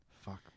Fuck